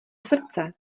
srdce